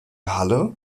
halle